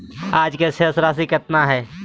आज के शेष राशि केतना हइ?